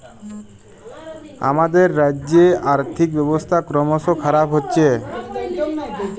আমাদের রাজ্যেল্লে আথ্থিক ব্যবস্থা করমশ খারাপ হছে